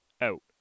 out